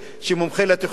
שמומחה לתכנון,